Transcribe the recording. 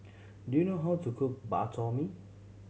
do you know how to cook Bak Chor Mee